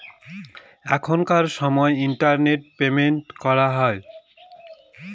এখনকার সময় internet payment করা হয়